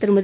திருமதி